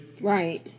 Right